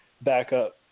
backup